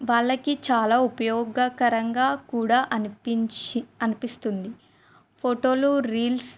వాళ్ళకి చాలా ఉపయోగకరంగా కూడా అనిపించి అనిపిస్తుంది ఫోటోలు రీల్స్